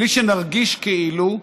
בלי שנרגיש כאילו,